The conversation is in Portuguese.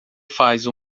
faz